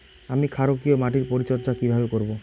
আমি ক্ষারকীয় মাটির পরিচর্যা কিভাবে করব?